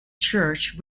church